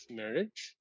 marriage